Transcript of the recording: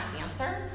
answer